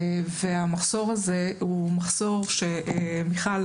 והמחסור הזה הוא מחסור מיכל,